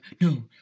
no